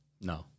No